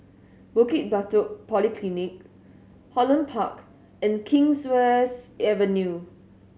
Bukit Batok Polyclinic Holland Park and Kingswears Avenue